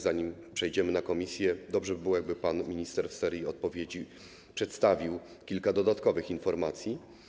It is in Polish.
Zanim przejdziemy na posiedzenie komisji, dobrze by było, jakby pan minister w serii odpowiedzi przedstawił kilka dodatkowych informacji.